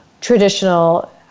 traditional